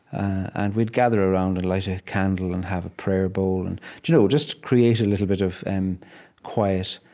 and we'd gather around and light a candle and have a prayer bowl and you know just create a little bit of and quiet.